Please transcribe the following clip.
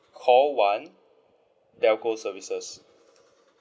call one telco services